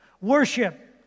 worship